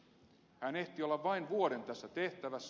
hän ehti olla vain vuoden tässä tehtävässä